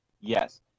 Yes